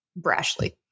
brashly